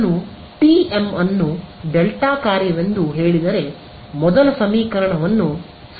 ನಾನು ಟಿಎಂ ಅನ್ನು ಡೆಲ್ಟಾ ಕಾರ್ಯವೆಂದು ಹೇಳಿದರೆ ಮೊದಲ ಸಮೀಕರಣವನ್ನು ಸರಳವಾಗಿ ಪಡೆಯಲಾಗುತ್ತದೆ